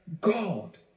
God